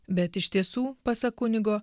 bet iš tiesų pasak kunigo